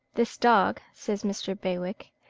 this dog, says mr. bewick,